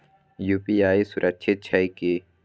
UPI सुरक्षित छै की?